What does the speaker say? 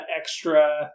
extra